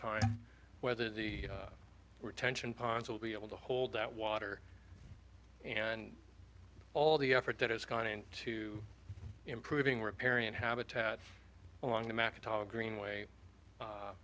time whether the were tension ponds will be able to hold that water and all the effort that has gone into improving riparian habitat along the macintosh greenway